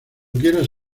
quieras